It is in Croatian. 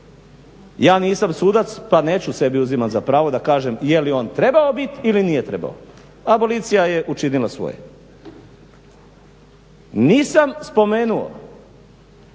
Ja nisam sudac pa neću sebi uzimati za pravo da kažem jeli on trebao biti ili nije trebao, abolicija je učinila svoje. Nisam spomenuo